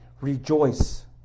Rejoice